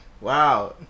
Wow